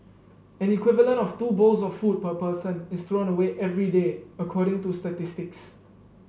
an equivalent of two bowls of food per person is thrown away every day according to statistics